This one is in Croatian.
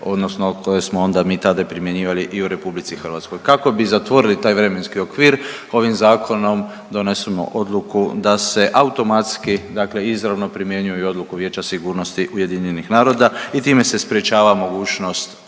odnosno o kojoj smo onda mi tada primjenjivali i u RH. Kako bi zatvorili taj vremenski okvir ovim zakonom donosimo odluku da se automatski, dakle izravno primjenjuju i odluku Vijeća sigurnosti UN-a i time se sprječava mogućnost